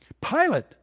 Pilate